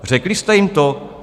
Řekli jste jim to?